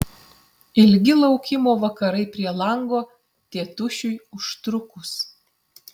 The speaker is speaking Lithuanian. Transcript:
ilgi laukimo vakarai prie lango tėtušiui užtrukus